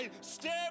Step